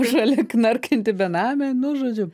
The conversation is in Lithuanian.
šalia knarkianti benamė nu žodžiu